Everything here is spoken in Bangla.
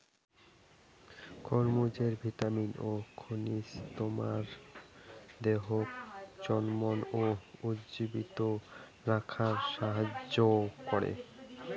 খরমুজে ভিটামিন ও খনিজ তোমার দেহাক চনমন ও উজ্জীবিত রাখাং সাহাইয্য করাং